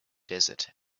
desert